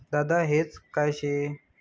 दादा हेज काय शे?